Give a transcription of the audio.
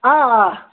آ آ